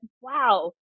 wow